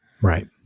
Right